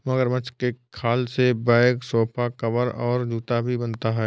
मगरमच्छ के खाल से बैग सोफा कवर और जूता भी बनता है